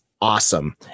awesome